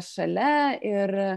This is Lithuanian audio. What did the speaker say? šalia ir